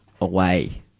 away